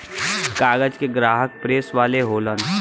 कागज के ग्राहक प्रेस वाले होलन